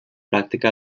pràctica